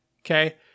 Okay